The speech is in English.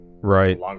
right